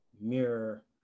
mirror